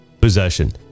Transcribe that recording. possession